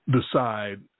decide